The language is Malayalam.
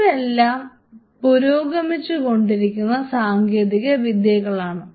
ഇതെല്ലാം പുരോഗമിച്ചുകൊണ്ടിരിക്കുന്ന സാങ്കേതിക വിദ്യകളാണ്